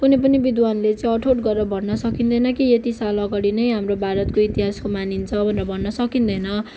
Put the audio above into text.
कुनै पनि विद्वानले चाहिँ अठोट गरेर भन्न सकिन्दैन कि यति साल अगाडि नै हाम्रो भारतको इतिहास हो भनेर मान्न सकिन्दैन